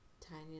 tiny